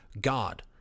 God